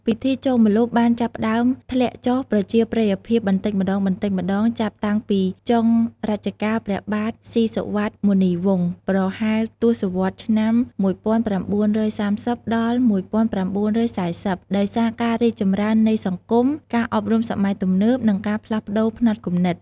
ពិធីចូលម្លប់បានចាប់ផ្តើមធ្លាក់ចុះប្រជាប្រិយភាពបន្តិចម្តងៗចាប់តាំងពីចុងរជ្ជកាលព្រះបាទស៊ីសុវត្ថិ មុនីវង្ស ប្រហែលទសវត្សរ៍ឆ្នាំ ១៩៣០ ដល់ ១៩៤០ ដោយសារការរីកចម្រើននៃសង្គម ការអប់រំសម័យទំនើប និងការផ្លាស់ប្តូរផ្នត់គំនិត។